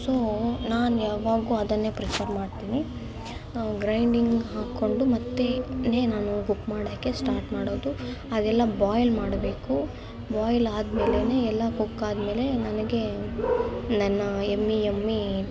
so ನಾನು ಯಾವಾಗ್ಲೂ ಅದನ್ನೇ ಪ್ರಿಫರ್ ಮಾಡ್ತೀನಿ ಗ್ರೈಂಡಿಂಗ್ ಹಾಕ್ಕೊಂಡು ಮತ್ತೆ ನೇ ನಾನು ಕುಕ್ ಮಾಡೋಕ್ಕೆ ಸ್ಟಾಟ್ ಮಾಡೋದು ಅದೆಲ್ಲ ಬಾಯ್ಲ್ ಮಾಡಬೇಕು ಬಾಯ್ಲ್ ಆದ್ಮೇಲೆ ಎಲ್ಲ ಕುಕ್ ಆದಮೇಲೆ ನನಗೆ ನನ್ನ ಯಮ್ಮಿ ಯಮ್ಮಿ